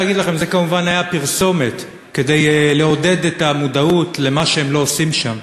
מובן שזו הייתה פרסומת כדי לעודד את המודעות למה שהם לא עושים שם,